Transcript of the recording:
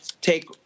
take